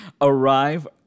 Arrive